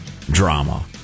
drama